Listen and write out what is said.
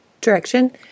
direction